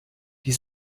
die